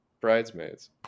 Bridesmaids